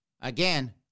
Again